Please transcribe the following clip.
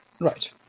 Right